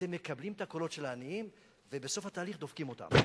אתם מקבלים את הקולות של העניים ובסוף התהליך דופקים אותם.